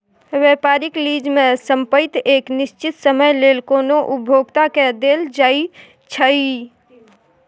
व्यापारिक लीज में संपइत एक निश्चित समय लेल कोनो उपभोक्ता के देल जाइ छइ